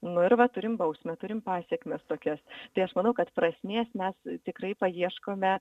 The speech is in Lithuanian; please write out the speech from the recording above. nu ir va turim bausmę turim pasekmes tokias tai aš manau kad prasmės mes tikrai paieškome